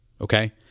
okay